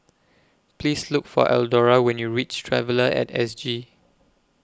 Please Look For Eldora when YOU REACH Traveller At S G